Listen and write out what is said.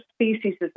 speciesism